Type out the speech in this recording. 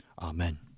Amen